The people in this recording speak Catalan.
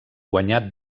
guanyà